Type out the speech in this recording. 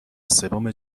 سوم